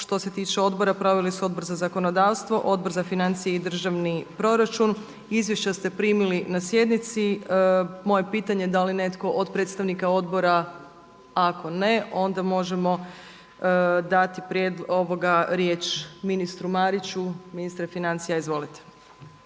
što se tiče odbora, prijavili su Odbor za zakonodavstvo, Odbor za financije i državni proračun. Izvješća ste primili na sjednici. Moje pitanje da li netko od predstavnika odbora? Ako ne, onda možemo dati riječ ministru Mariću. Ministre financija, izvolite.